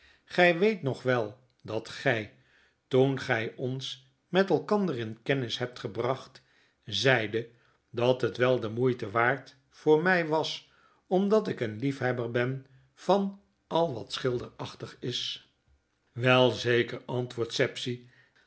gy weet nog wel dat gy toen gij ons met elkander in kennis hebt gebracht zeidet dathet wel demoeite waard voor my was omdat ik een liefhebber ben van ai wat schilderachtig is welzeker antwoordt sapsea